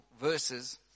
verses